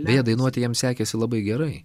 beje dainuoti jam sekėsi labai gerai